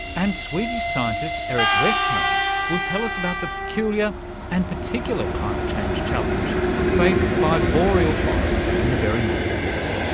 and swedish scientist erik westholm will tell us about the peculiar and particular climate change challenge faced by boreal forests in the very north of europe.